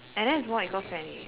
and then it's more eco-friendly